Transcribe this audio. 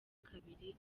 kabiri